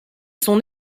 son